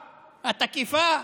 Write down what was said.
התקיפה,